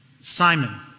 Simon